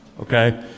okay